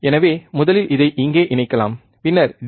எனவே முதலில் இதை இங்கே இணைக்கலாம் பின்னர் டி